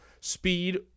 speed